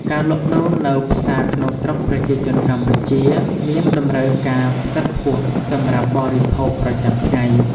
ការលក់ដូរនៅផ្សារក្នុងស្រុកប្រជាជនកម្ពុជាមានតម្រូវការផ្សិតខ្ពស់សម្រាប់បរិភោគប្រចាំថ្ងៃ។